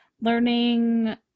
learning